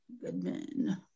Goodman